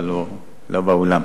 אבל הוא לא באולם.